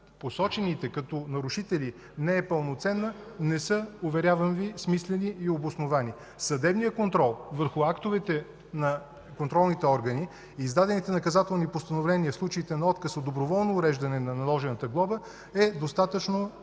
посочените като нарушители не е пълноценна не са, уверявам Ви, смислени и обосновани. Съдебният контрол върху актовете на контролните органи и издадените наказателни постановления в случаите на отказ от доброволно уреждане на наложената глоба е достатъчно